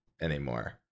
anymore